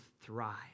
thrive